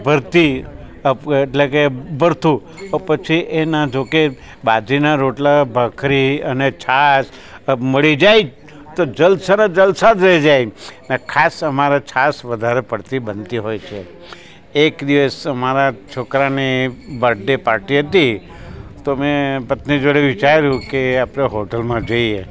ભરતી એટલે કે ભડથું પછી એના જોડે બાજરીના રોટલા ભાખરી અને છાશ મળી જાય તો જલસા રે જલસા રહી જાય અને ખાસ અમારે છાશ વધારે પડતી બનતી હોય છે એક દિવસ અમારા છોકરાને બર્થ ડે પાર્ટી હતી તો મેં પત્ની જોડે વિચાર્યું કે આપણે હોટલમાં જઈએ